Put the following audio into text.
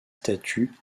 statues